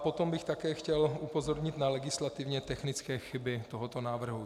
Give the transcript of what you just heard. Potom bych také chtěl upozornit na legislativně technické chyby tohoto návrhu.